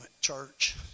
church